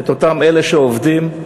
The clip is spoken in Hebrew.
אותם אלה שעובדים,